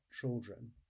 children